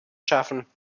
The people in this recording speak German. schaffen